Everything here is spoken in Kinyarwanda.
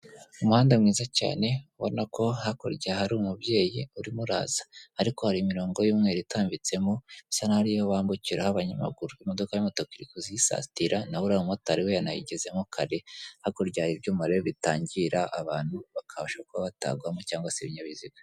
Umuhanda mwiza cyane ubona ko hakurya hari umubyeyi urimo uraza ariko hari imirongo y'umweru itambitsemo isa naho ari iyo bambukiraho abanyamaguru, imodoka y'umutuku iri kuza iyisatira, naho uriya mumotari we yanayigezemo kare, hakurya hari ibyuma rero bitangira abantu bakabasha kuba batagwamo cyangwa se ibinyabiziga.